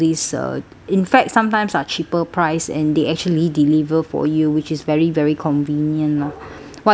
in fact sometimes are cheaper price and they actually deliver for you which is very very convenient lor what you think